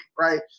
right